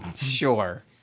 Sure